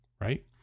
right